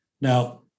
Now